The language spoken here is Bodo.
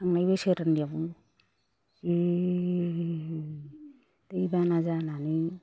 थांनाय बोसोरनियाव बे दै बाना जानानै